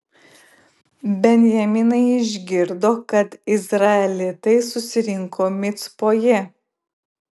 benjaminai išgirdo kad izraelitai susirinko micpoje